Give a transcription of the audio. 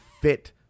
fit